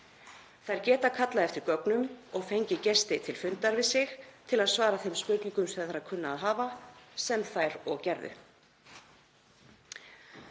Þær geta kallað eftir gögnum og fengið gesti til fundar við sig til að svara þeim spurningum sem þær kunna að hafa, sem þær og gerðu.